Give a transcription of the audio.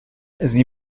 sie